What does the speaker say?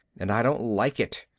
and i don't like it.